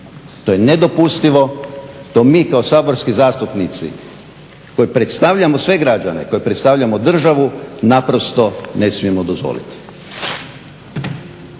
To je nedopustivo, to mi kao saborski zastupnici koji predstavljamo sve građane, koji predstavljamo državu naprosto ne smijemo dozvoliti.